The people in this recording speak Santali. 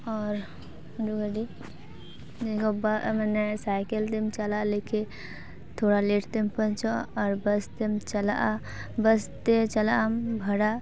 ᱟᱨ ᱩᱰᱟᱹᱱ ᱜᱟᱹᱰᱤ ᱜᱟᱵᱟᱜ ᱢᱟᱱᱮ ᱥᱟᱭᱠᱮᱞ ᱛᱮᱢ ᱪᱟᱞᱟᱣ ᱞᱟᱹᱜᱤᱫ ᱛᱷᱚᱲᱟ ᱞᱮᱴ ᱛᱮᱢ ᱯᱳᱣᱪᱷᱚᱜᱼᱟ ᱟᱨ ᱵᱟᱥ ᱛᱮᱢ ᱪᱟᱞᱟᱜᱼᱟ ᱵᱟᱥ ᱛᱮᱢ ᱪᱟᱞᱟᱜ ᱟᱢ ᱵᱷᱟᱲᱟ